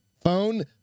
Phone